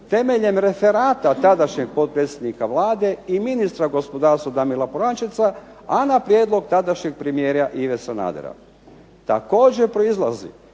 temeljem referata tadašnjeg potpredsjednika Vlade i ministra gospodarstva Damira Polančeca, a na prijedlog tadašnjeg premijera Ive Sanadera. Također proizlazi